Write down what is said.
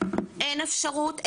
אין אפשרות,